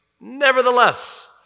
Nevertheless